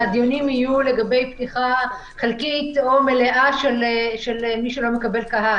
אני מניחה שהדיונים יהיו לגבי פתיחה חלקית או מלאה של מי שלא מקבל קהל.